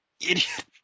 idiot